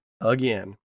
again